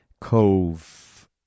Cove